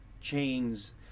chains